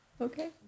okay